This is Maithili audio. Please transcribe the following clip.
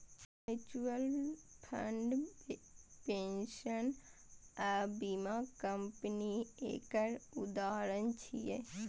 म्यूचुअल फंड, पेंशन आ बीमा कंपनी एकर उदाहरण छियै